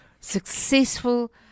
successful